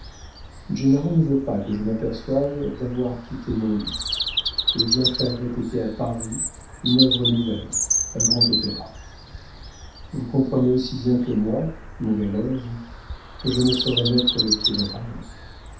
gennaro ne veut pas que je m'aperçoive d'avoir quitté mon luxe et vient faire répéter à paris une œuvre nouvelle un grand opéra vous comprenez aussi bien que moi mon bel ange que je ne saurais mettre le pied dans paris